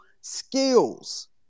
skills